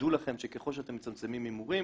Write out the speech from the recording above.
תדעו לכם שככל שאתם מצמצמים בהימורים,